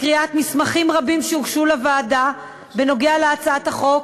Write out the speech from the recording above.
לקריאת מסמכים רבים שהוגשו לה בנוגע להצעת החוק,